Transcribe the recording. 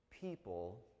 people